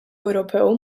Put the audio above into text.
ewropew